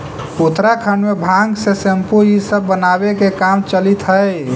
उत्तराखण्ड में भाँग से सेम्पू इ सब बनावे के काम चलित हई